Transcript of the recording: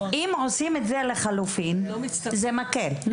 אם עושים את זה לחלופין, זה מקל.